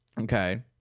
okay